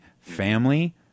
family